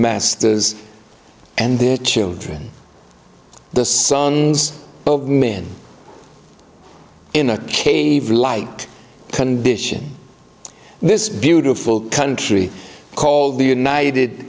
masters and their children the sons of men in a cave like condition this beautiful country called the united